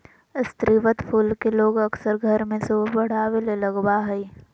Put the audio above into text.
स्रीवत फूल के लोग अक्सर घर में सोभा बढ़ावे ले लगबा हइ